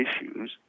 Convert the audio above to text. issues